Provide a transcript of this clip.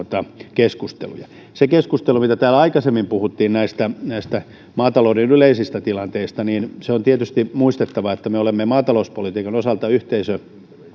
keskusteluja se keskustelu kun täällä aikaisemmin puhuttiin näistä näistä maatalouden yleisistä tilanteista on tietysti muistettava että me olemme maatalouspolitiikan osalta yhteisö